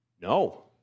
No